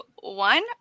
one